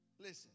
Listen